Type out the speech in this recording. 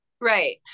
Right